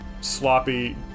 sloppy